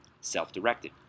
self-directed